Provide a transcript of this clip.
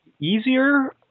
easier